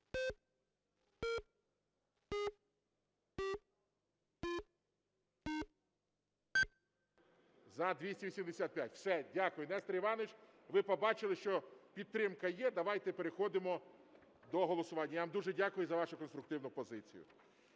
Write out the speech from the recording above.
За-285 Все. Дякую. Нестор Іванович, ви побачили, що підтримка є, давайте переходимо до голосування. Я вам дуже дякую за вашу конструктивну позицію.